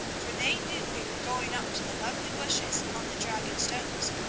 for they knew they were going up to the lovely bushes on the dragon-stones.